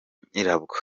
nyirabwo